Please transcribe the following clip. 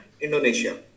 Indonesia